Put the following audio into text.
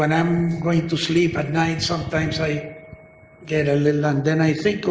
and i'm going to sleep at night, sometimes, i get a little and then i think of